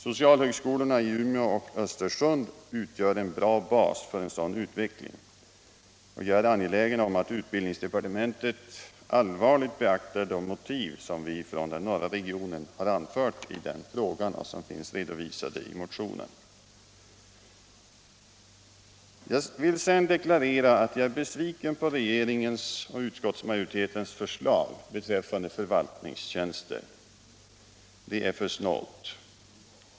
Socialhögskolorna i Umeå och Östersund utgör en god bas för en sådan utveckling, och jag är angelägen om ait utbildningsdepartementet allvarligt beaktar de motiv som vi från den norra regionen anfört och som finns redovisade i motionen. Jag vill sedan deklarera att jag är besviken över regeringens och utskottsmajoritetens förslag beträffande förvaltningstjänster. Det är för snålt.